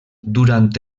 durant